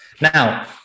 Now